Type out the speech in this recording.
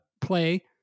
play